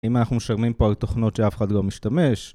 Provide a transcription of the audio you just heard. אם אנחנו משלמים פה על תוכנות שאף אחד לא משתמש